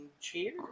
cheers